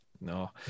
No